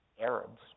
Arabs